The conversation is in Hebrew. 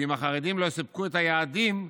שאם החרדים לא יספקו את היעדים,